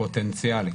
פוטנציאלית.